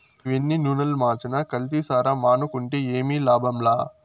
నీవెన్ని నూనలు మార్చినా కల్తీసారా మానుకుంటే ఏమి లాభంలా